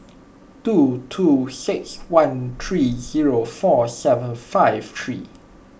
two two six one three zero four seven five three